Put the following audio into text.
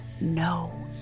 no